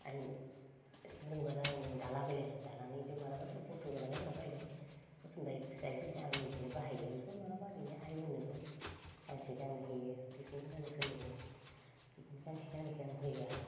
आं रोंबा बा दारों दाला बायो आरो दानानै इदिनो माब्लाबा सोरबाफोर फसन्द' जानायफोरा बायबाय फसन्द' जायिफोरखो आं निजेनो बाहायो ओमफ्राय माब्लाबा ओरैनो आइमोनोबो गांसे गांनै हैयो बिखुनजो जानायफोरनोबो इदिनो गांसे गांनैखौ आं होयो आरो